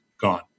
gone